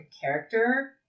character